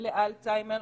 לאלצהיימר,